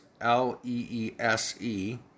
L-E-E-S-E